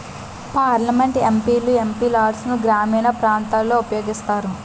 parliament MP లు MP లాడ్సును గ్రామీణ ప్రాంతాలలో వినియోగిస్తారు